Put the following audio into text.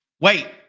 Wait